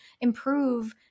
improve